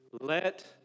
Let